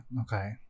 Okay